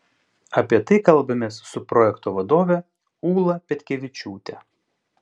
apie tai kalbamės su projekto vadove ūla petkevičiūte